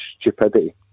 stupidity